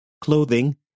clothing